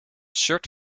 shirt